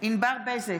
ענבר בזק,